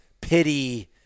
pity